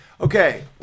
Okay